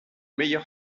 meilleur